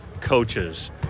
coaches